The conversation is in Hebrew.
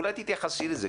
אולי תתייחסי לזה.